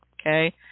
okay